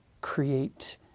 create